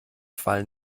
fall